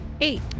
Eight